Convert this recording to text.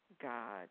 God